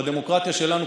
בדמוקרטיה שלנו,